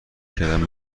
کردند